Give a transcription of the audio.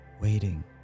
waiting